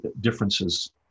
differences